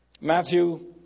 Matthew